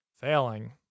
Failing